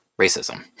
racism